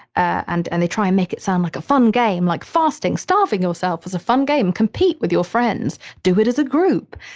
and and they try and make it sound like a fun game, like fasting, starving yourself is a fun game, compete with your friends, do it as a group.